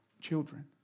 children